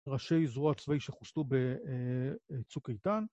ראשי זרוע הצבאית שחוסלו בצוק איתן.